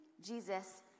Jesus